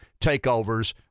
takeovers